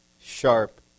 sharp